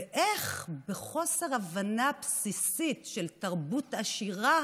ואיך חוסר הבנה בסיסית של תרבות עשירה,